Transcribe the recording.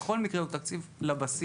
בכל מקרה הוא תקציב לבסיס.